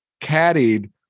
caddied